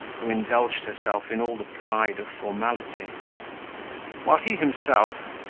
who indulged herself in all the pride of formality while he himself,